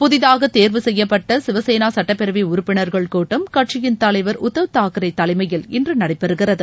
புதிதாக தேர்வு செய்யப்பட்ட சிவசேனா சுட்டப்பேரவை உறுப்பினர்கள் கூட்டம் கட்சியின் தலைவர் உத்தவ் தாக்ரே தலைமையில் இன்று நடைபெறுகிறது